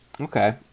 Okay